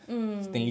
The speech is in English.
mm